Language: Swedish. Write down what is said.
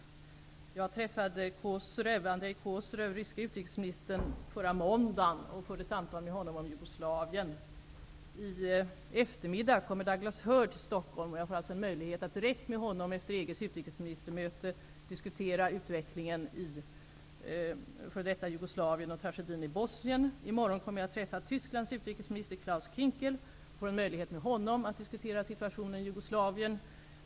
Jag träffade den ryska utrikesministern Andrej Kozyrev förra måndagen och förde samtal med honom om I eftermiddag kommer Douglas Hurd till Stockholm, och jag får då en möjlighet att direkt med honom efter EG:s utrikesministermöte diskutera utvecklingen i f.d. Jugoslavien och tragedin i Bosnien. I morgon kommer jag att träffa Tysklands utrikesminister Klaus Kinkel och får möjlighet att med honom diskutera situationen i Jugoslavien.